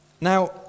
Now